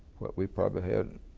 we probably had,